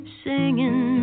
singing